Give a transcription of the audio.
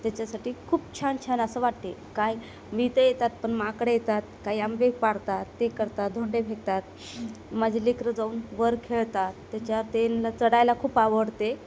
त्याच्यासाठी खूप छान छान असे वाटते काय मी ते येतात पण माकडे येतात काही आंबे पडतात ते करतात धोंडे फेकतात माझी लेकरं जाऊन वर खेळतात त्याच्या त्यांना चढायला खूप आवडते